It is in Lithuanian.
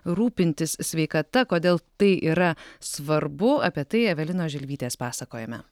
rūpintis sveikata kodėl tai yra svarbu apie tai evelinos želvytės pasakojime